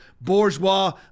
bourgeois